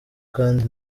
kandi